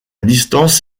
distance